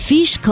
Fish